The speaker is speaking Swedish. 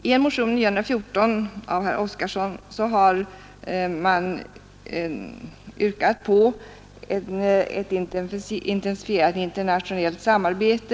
I motionen 914 av herr Oskarson har man yrkat på ett intensifierat internationellt samarbete.